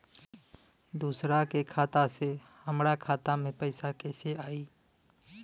दूसरा के खाता से हमरा खाता में पैसा कैसे आई?